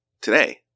today